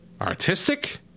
Artistic